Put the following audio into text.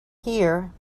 here